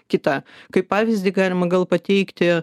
kita kaip pavyzdį galima gal pateikti